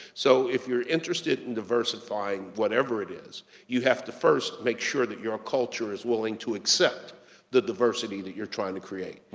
so, if you're interested in diversifying whatever it is you have to first make sure that your culture is willing to accept the diversity that you're trying to create.